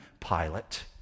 Pilate